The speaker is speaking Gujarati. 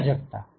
ઉત્સર્જકતા